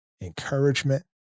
encouragement